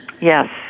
Yes